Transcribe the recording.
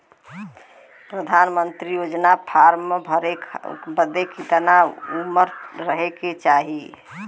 प्रधानमंत्री योजना के फॉर्म भरे बदे कितना उमर रहे के चाही?